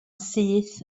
syth